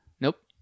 Nope